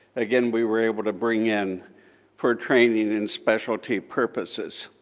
again, we were able to bring in for training and specialty purposes.